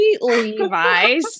Levi's